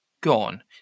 gone